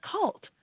cult